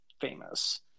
famous